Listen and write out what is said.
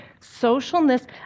socialness